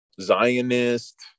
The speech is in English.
Zionist